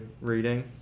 reading